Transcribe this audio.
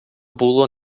було